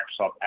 Microsoft